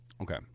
Okay